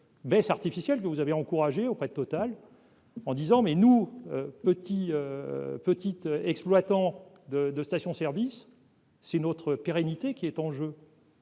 baisse artificielle, que vous avez encouragé auprès de Total, en disant mais nous petit petites exploitant de de stations service. C'est notre pérennité qui est en jeu.